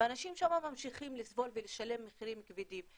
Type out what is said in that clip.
ואנשים שם ממשיכים לסבול ולשלם מחירים כבדים.